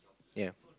ya